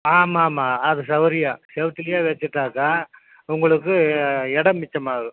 ஆமாம் ஆமாம் அது சௌரியம் செவுத்துலியே வச்சிட்டாக்கா உங்களுக்கு இடம் மிச்சமாகும்